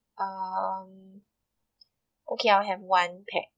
um okay I'll have one pack